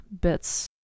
bits